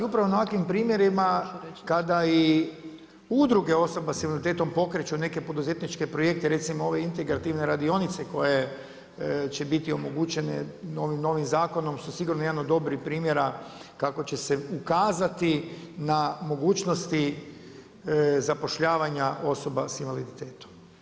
I upravo na ovakvim primjerima kada i udruge osobe s invaliditetom pokreću neke poduzetničke projekte, recimo ove integrativne radionice, koje će biti omogućene ovim novim zakonom su sigurno jedan od dobrih primjera kako će se ukazati na mogućnosti zapošljavanja osoba s invaliditetom.